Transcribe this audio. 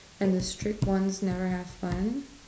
and the strict ones never have fun